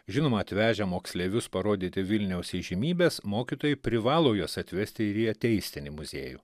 žinoma atvežę moksleivius parodyti vilniaus įžymybės mokytojai privalo juos atvesti ir į ateistinį muziejų